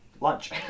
lunch